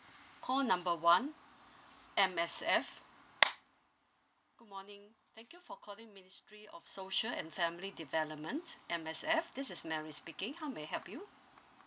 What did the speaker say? call number one M_S_F good morning thank you for calling ministry of social and family development M_S_F this is mary speaking how may I help you